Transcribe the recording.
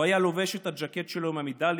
הוא היה לובש את הז'קט שלו עם המדליות,